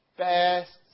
best